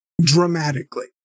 dramatically